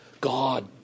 God